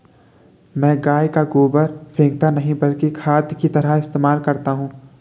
मैं गाय का गोबर फेकता नही बल्कि खाद की तरह इस्तेमाल करता हूं